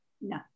No